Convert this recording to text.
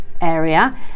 area